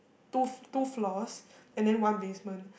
two two floors and then one basement